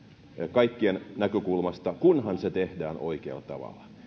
kaikkien näkökulmasta kunhan se tehdään oikealla tavalla jos